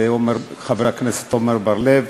לחבר הכנסת עמר בר-לב,